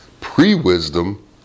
pre-wisdom